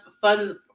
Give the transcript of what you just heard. fun